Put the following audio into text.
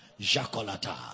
jacolata